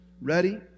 ready